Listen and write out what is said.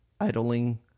idling